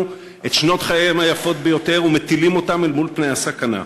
את שנות חייהם היפות ביותר ומטילים אותם אל מול פני הסכנה.